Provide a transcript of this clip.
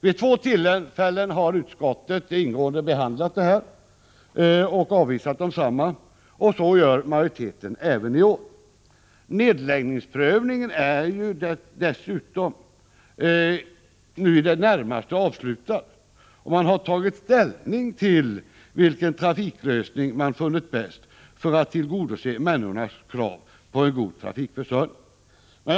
Vid två tillfällen har utskottet ingående behandlat frågorna och avvisat dessa krav, och så gör majoriteten även i år. Nedläggningsprövningen är dessutom i det närmaste avslutad, och man har tagit ställning till vilken trafiklösning man funnit bäst för att tillgodose människornas krav på en god trafikförsörjning.